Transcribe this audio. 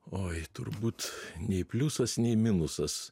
oi turbūt nei pliusas nei minusas